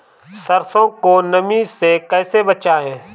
सरसो को नमी से कैसे बचाएं?